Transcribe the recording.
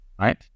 right